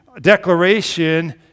declaration